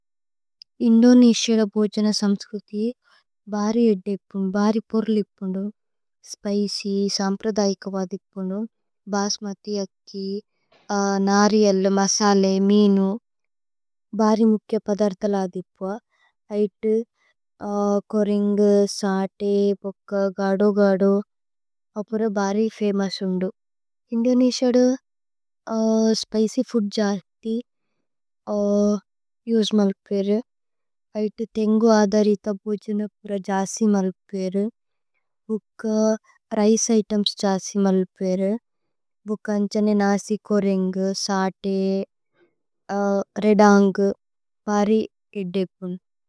ഇന്ദോനേസിഅദ ബോജന സമ്സ്കുതി ബാരി ഏദേപു ബാരി। പുര്ലിപുനു സ്പിച്യ് സമ്പ്രദയികവദിപുനു ബസ്മതി। അക്കി, നരിഏല്, മസലേ, മീനു, ബാരി। മുക്കേ പദര്തല അദിപുഅ ഹൈതു കോരിന്ഗു സതേ। പോക്ക ഗദു ഗദു അപുര ബാരി ഫമോഉസുന്ദു। ഇന്ദോനേസിഅദ സ്പിച്യ് ഫൂദ്। ജാസ്തി ഉസേമല്പേരേ ഹൈതു തേന്ഗു ആധരിത ബോജന। അപുര ജാസി മല്പേരേ പോക്ക രിചേ ഇതേമ്സ് ജാസി। മല്പേരേ പോക്കന്ജനേ നസി കോരിന്ഗു സതേ। രേദന്ഗു ബാരി ഏദേപുനു।